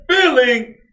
feeling